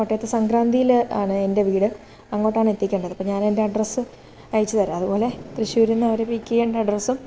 കോട്ടയത്ത് സംക്രാന്തിയിലാണ് എൻ്റെ വീട് അങ്ങോട്ടാണ് എത്തിക്കേണ്ടത് അപ്പോള് ഞാനെൻ്റെ അഡ്രസ് അയച്ചുതരാം അതുപോലെ തൃശ്ശൂരുനിന്ന് അവരെ പിക്കെയ്യേണ്ട അഡ്രസ്സും